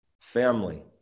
family